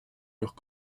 leurs